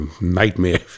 nightmare